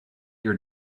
your